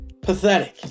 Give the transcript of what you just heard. Pathetic